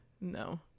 No